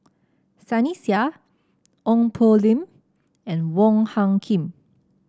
Sunny Sia Ong Poh Lim and Wong Hung Khim